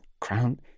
Crown